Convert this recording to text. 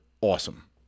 awesome